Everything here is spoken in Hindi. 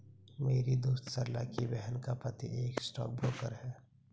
मेरी दोस्त सरला की बहन का पति एक स्टॉक ब्रोकर है